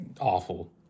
awful